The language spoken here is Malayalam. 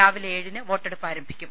രാവിലെ ഏഴിന് വോട്ടെടുപ്പ് ആരംഭിക്കും